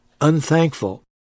unthankful